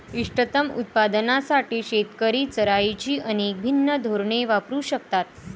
इष्टतम उत्पादनासाठी शेतकरी चराईची अनेक भिन्न धोरणे वापरू शकतात